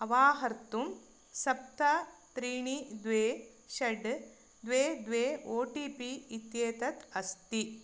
अवाहर्तुं सप्त त्रीणि द्वे षड् द्वे द्वे ओ टी पी इत्येतत् अस्ति